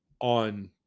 on